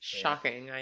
shocking